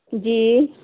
ਜੀ